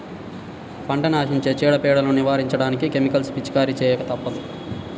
పంటని ఆశించే చీడ, పీడలను నివారించడానికి కెమికల్స్ పిచికారీ చేయక తప్పదు